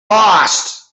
lost